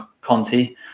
Conti